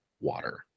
Water